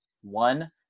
One